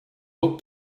look